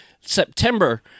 September